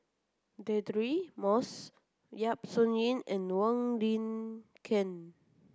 Deirdre Moss Yap Su Yin and Wong Lin Ken